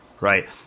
Right